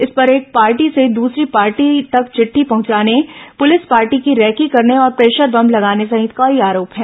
इस पर एक पार्टी से दूसरी पार्टी तक चिट्टी पहुंचाने पुलिस पॉर्टी की रेकी करने और प्रेशर बम लगाने सहित कई आरोप हैं